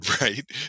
Right